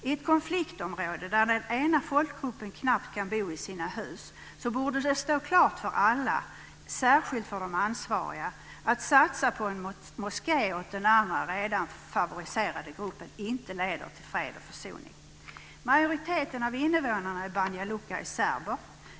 I ett konfliktområde där den ena folkgruppen knappt kan bo i sina hus borde det stå klart för alla, och särskilt för de ansvariga, att det inte leder till fred och försoning att satsa på en moské åt den andra redan favoriserade gruppen. Majoriteten av invånarna i Banja Luka är serber.